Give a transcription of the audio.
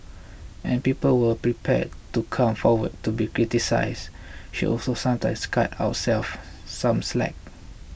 and people who are prepared to come forward to be criticised should also sometimes cut ourselves some slack